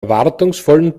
erwartungsvollen